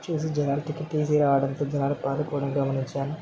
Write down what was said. చూసి జనాలు ticket TC రావడంతో జనాలు పారిపోవడం గమనించాను